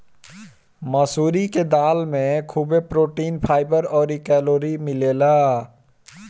मसूरी के दाली में खुबे प्रोटीन, फाइबर अउरी कैलोरी मिलेला